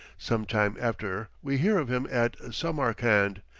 some time after we hear of him at samarcand,